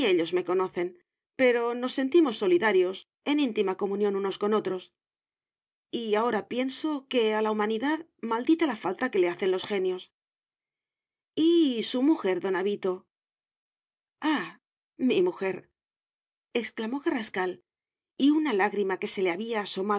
me conocen pero nos sentimos solidarios en íntima comunión unos con otros y ahora pienso que a la humanidad maldita la falta que le hacen los genios y su mujer don avito ah mi mujer exclamó carrascal y una lágrima que se le había